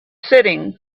setting